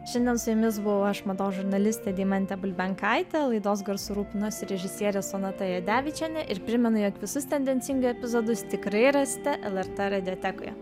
šiandien su jumis buvau aš mados žurnalistė deimantė bulbenkaitė laidos garsu rūpinosi režisierė sonata jadevičienė ir primenu jog visus tendencingai epizodus tikrai rasite lrt radiotekoje